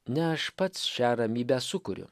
ne aš pats šią ramybę sukuriu